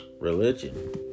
religion